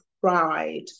pride